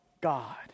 God